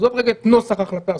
עזוב רגע את נוסח ההחלטה הסופי,